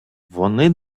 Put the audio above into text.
вони